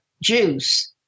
juice